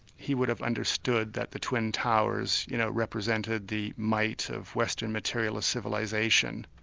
he would have understood that the twin towers you know represented the might of western materialist civilisation.